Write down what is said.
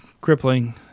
crippling